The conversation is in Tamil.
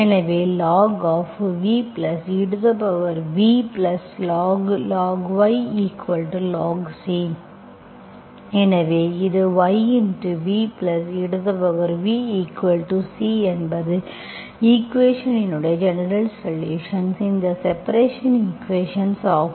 எனவேlog vev log ylog C எனவே இது yvevC என்பது ஈக்குவேஷன் இன் ஜெனரல்சொலுஷன்ஸ் இந்த செப்பரேஷன் ஈக்குவேஷன் ஆகும்